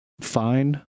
fine